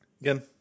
again